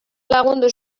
lagundu